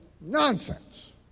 nonsense